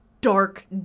Dark